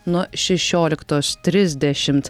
nuo šešioliktos trisdešimt